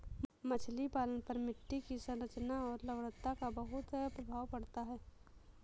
मछली पालन पर मिट्टी की संरचना और लवणता का बहुत प्रभाव पड़ता है